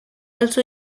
also